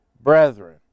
brethren